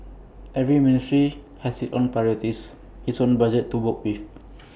every ministry has its own priorities its own budget to work with